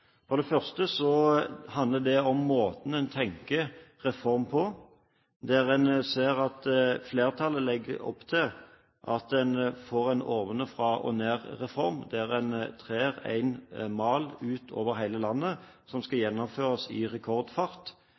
For det første handler det om måten en tenker reform på. En ser at flertallet legger opp til en ovenfra-og-ned-reform, der en trer en mal utover hele landet for en reform som skal gjennomføres i rekordfart,